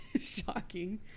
Shocking